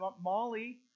Molly